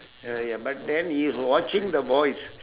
ya lah ya but then he watching the boys